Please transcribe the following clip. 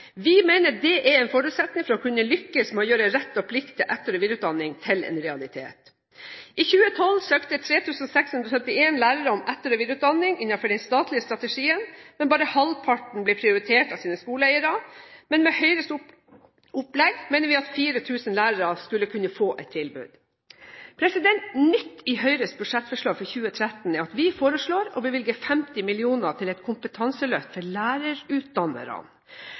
Vi mener dette er en forutsetning for å kunne lykkes med å gjøre rett og plikt til etter- og videreutdanning til en realitet. I 2012 søkte 3 671 lærere om etter- og videreutdanning innenfor den statlige strategien, men bare halvparten ble prioritert av sine skoleeiere. Med Høyres opplegg mener vi at 4 000 lærere skal kunne få et tilbud. Nytt i Høyres budsjettforslag for 2013 er at vi foreslår å bevilge 50 mill. kr til et kompetanseløft for lærerutdannerne.